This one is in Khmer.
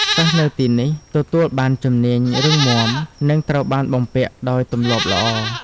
សិស្សនៅទីនេះទទួលបានជំនាញរឹងមាំនិងត្រូវបានបំពាក់ដោយទម្លាប់ល្អ។